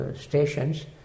stations